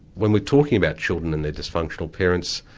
when we're talking about children and their dysfunctional parents,